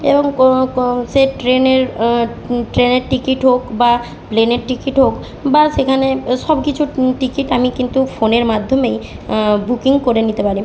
এবং কো কো সে ট্রেনের ট্রেনের টিকিট হোক বা প্লেনের টিকিট হোক বা সেখানে সব কিছুর টিকিট আমি কিন্তু ফোনের মাধ্যমেই বুকিং করে নিতে পারি